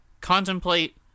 contemplate